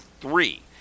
three